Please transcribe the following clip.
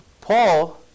Paul